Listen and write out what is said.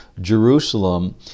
Jerusalem